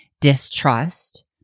distrust